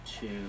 two